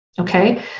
Okay